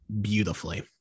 beautifully